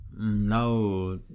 now